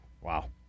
Wow